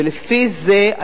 ולפי זה יש